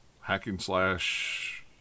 hacking-slash